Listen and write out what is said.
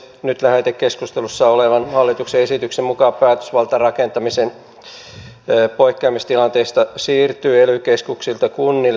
nyt lähetekeskustelussa olevan hallituksen esityksen mukaan päätösvalta rakentamisen poikkeamistilanteista siirtyy ely keskuksilta kunnille